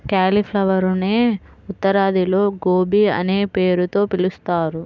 క్యాలిఫ్లవరునే ఉత్తరాదిలో గోబీ అనే పేరుతో పిలుస్తారు